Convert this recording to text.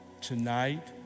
Tonight